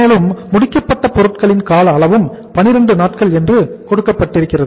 மேலும் முடிக்கப்பட்ட பொருட்களின் கால அளவும் 12 நாட்கள் என்று கொடுக்கப்பட்டிருக்கிறது